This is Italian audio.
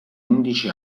undici